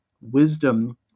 wisdom